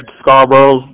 Scarborough